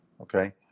Okay